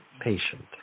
patient